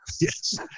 Yes